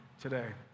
today